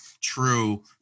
true